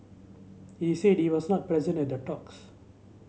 he said he was not present at the talks